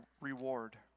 reward